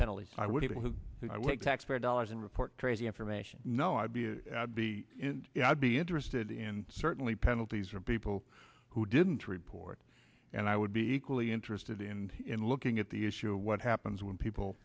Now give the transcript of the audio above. have i wake taxpayer dollars and report crazy information no i'd be you be i'd be interested in certainly penalties for people who didn't report and i would be equally interested in in looking at the issue what happens when people